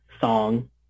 song